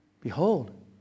Behold